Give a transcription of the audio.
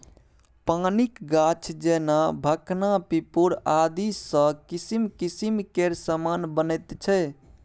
पानिक गाछ जेना भखना पिपुर आदिसँ किसिम किसिम केर समान बनैत छै